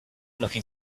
looking